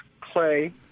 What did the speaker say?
clay